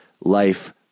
life